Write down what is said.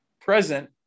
present